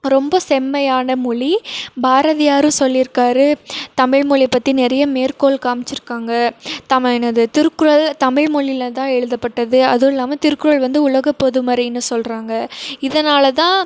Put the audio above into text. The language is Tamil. ரொம்ப செம்மையான மொழி பாரதியாரும் சொல்லிருக்கார் தமிழ் மொழிய பற்றி நிறைய மேற்கோள் காமிச்சிருக்காங்க தம என்னது திருக்குறள் தமிழ் மொழியிலதான் எழுதப்பட்டது அதுவும் இல்லாமல் திருக்குறள் வந்து உலகப்பொதுமறைன்னு சொல்கிறாங்க இதனால்தான்